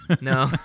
no